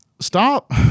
stop